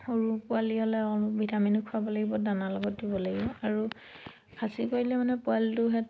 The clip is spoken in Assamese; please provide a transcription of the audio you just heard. সৰু পোৱালি হ'লে অলপ ভিটামিনো খোৱাব লাগিব দানাৰ লগত দিব লাগিব আৰু খাচী কৰিলে মানে পোৱালিটোহেঁত